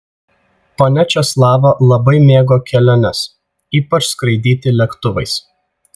ponia česlava labai mėgo keliones ypač skraidyti lėktuvais